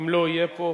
ואם לא יהיה פה,